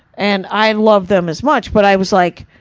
and i love them as much, but i was like,